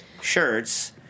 shirts